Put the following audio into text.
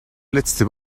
letzte